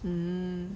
mm